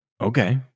Okay